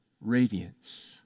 radiance